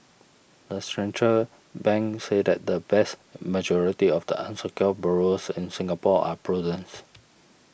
the central bank said that the vast majority of the unsecured borrowers in Singapore are prudent